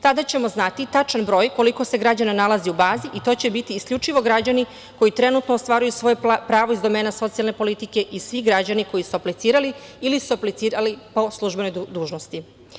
Tada ćemo znati tačan broj koliko se građana nalazi u bazi i to će biti isključivo građani koji trenutno ostvaruju svoje pravo iz domena socijalne politike i svi građani koji su aplicirali ili su aplicirali po službenoj dužnosti.